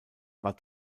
war